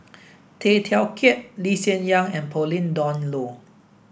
Tay Teow Kiat Lee Hsien Yang and Pauline Dawn Loh